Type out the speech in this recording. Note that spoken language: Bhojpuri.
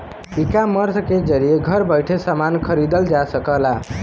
ईकामर्स के जरिये घर बैइठे समान खरीदल जा सकला